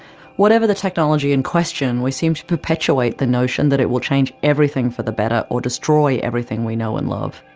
whatever the technology in question, we seem to perpetuate the notion that it will change everything for the better or destroy everything we know and love.